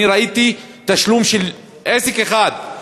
אני ראיתי תשלום של עסק אחד,